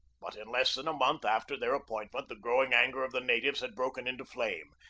but in less than a month after their appointment the growing anger of the natives had broken into flame.